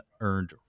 earned